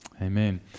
Amen